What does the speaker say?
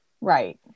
Right